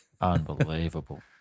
Unbelievable